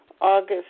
August